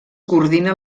coordina